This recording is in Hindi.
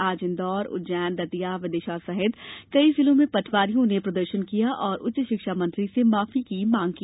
आज इंदौर उज्जैन दतिया विदिशा सहित कई जिलों में पटवारियों ने प्रदर्शन किया और उच्च शिक्षा मंत्री से माफी की मांग की